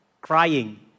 crying